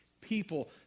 people